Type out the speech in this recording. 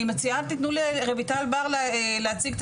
אני מציעה שתתנו לרויטל בר להציג את